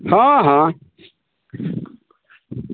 हँ हँ